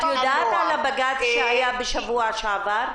את מכירה את הבג"צ משבוע שעבר?